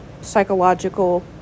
psychological